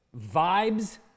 vibes